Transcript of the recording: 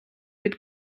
від